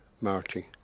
marching